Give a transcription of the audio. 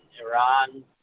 Iran